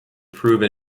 proven